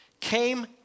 came